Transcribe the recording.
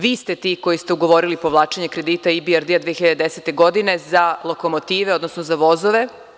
Vi ste ti koji ste ugovorili povlačenje kredita IBRD 2010. godine za lokomotive, odnosno za vozove.